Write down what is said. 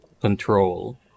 control